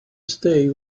stay